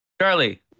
Charlie